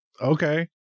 okay